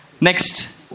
Next